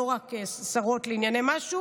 לא רק שרות לענייני משהו